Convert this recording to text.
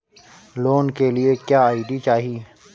Loan के लिए क्या आई.डी चाही?